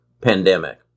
pandemic